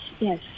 Yes